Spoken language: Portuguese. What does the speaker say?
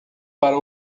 para